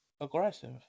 aggressive